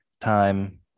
time